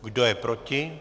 Kdo je proti?